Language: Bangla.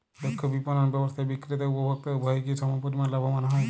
দক্ষ বিপণন ব্যবস্থায় বিক্রেতা ও উপভোক্ত উভয়ই কি সমপরিমাণ লাভবান হয়?